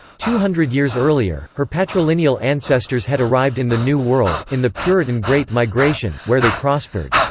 two hundred years earlier, her patrilineal ancestors had arrived in the new world in the puritan great migration where they prospered.